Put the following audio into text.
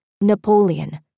Napoleon